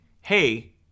hey